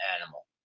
animal